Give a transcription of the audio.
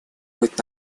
быть